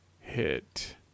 hit